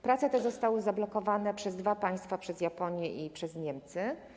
Prace te zostały zablokowane przez dwa państwa, przez Japonię i przez Niemcy.